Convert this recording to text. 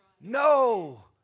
no